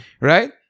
Right